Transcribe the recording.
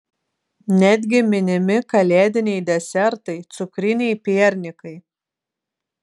netgi minimi kalėdiniai desertai cukriniai piernikai